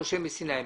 בסדר,